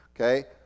Okay